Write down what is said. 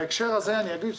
בהקשר הזה אני אגיד,